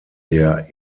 der